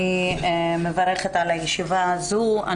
אני מברכת על הישיבה הזו.